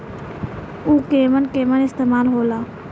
उव केमन केमन इस्तेमाल हो ला?